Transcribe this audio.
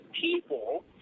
people